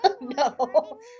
no